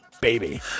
baby